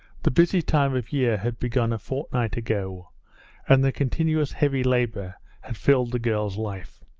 the busy time of year had begun a fortnight ago and the continuous heavy labour had filled the girl's life.